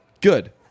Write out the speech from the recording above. Good